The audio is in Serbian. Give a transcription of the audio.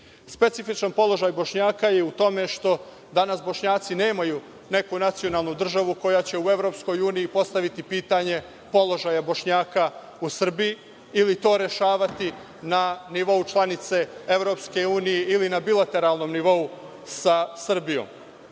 pisma. Specifičan položaj Bošnjaka je u tome što danas Bošnjaci nemaju neku nacionalnu državu koja će u EU postaviti pitanje položaja Bošnjaka u Srbiji ili to rešavati na nivou članice EU ili na bilateralnom nivou sa Srbijom.